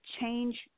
Change